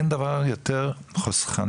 אין דבר יותר חסכוני,